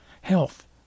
Health